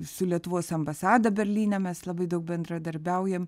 su lietuvos ambasada berlyne mes labai daug bendradarbiaujam